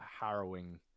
harrowing